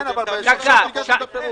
כן, אבל בישיבה ביקשנו את הפירוט.